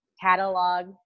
catalog